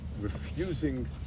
refusing